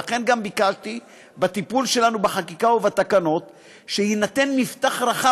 ולכן גם ביקשתי שבטיפול שלנו בחקיקה ובתקנות יינתן מִפתָח רחב.